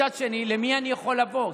מצד שני, למי אני יכול לבוא?